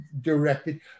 directed